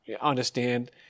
understand